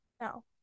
No